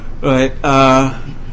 right